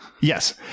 yes